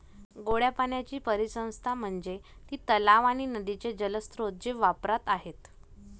गोड्या पाण्याची परिसंस्था म्हणजे ती तलाव आणि नदीचे जलस्रोत जे वापरात आहेत